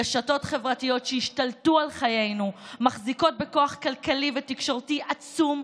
רשתות חברתיות שהשתלטו על חיינו מחזיקות בכוח כלכלי ותקשורתי עצום,